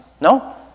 No